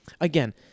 again